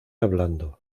hablando